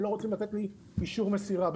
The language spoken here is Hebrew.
ולא רוצים לתת לי "אישור מסירה",